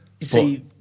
See